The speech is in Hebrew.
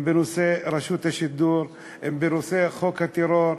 אם בנושא רשות השידור, אם בנושא חוק הטרור,